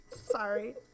Sorry